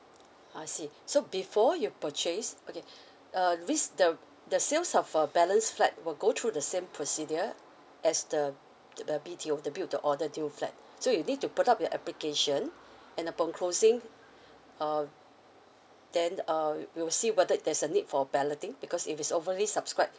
I see so before you purchase okay uh res~ the the sales of uh balance flat will go through the same procedure as the uh B_T_O the build to order due flat so you need to put up your application and upon closing uh then uh we'll see whether there's a need for balloting because if it's overly subscribe